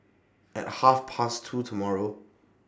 At Half Past two tomorrow